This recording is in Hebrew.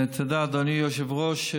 תודה, אדוני היושב-ראש.